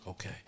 Okay